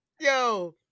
yo